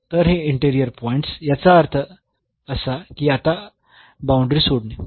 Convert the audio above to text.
तर हे interior points याचा अर्थ असा की आता बाऊंडरी सोडणे